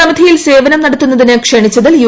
സമിതിയിൽ സേവനം നടത്തുന്നതിന് ക്ഷണിച്ചതിൽ യു